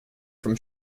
from